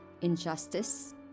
injustice